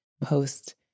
post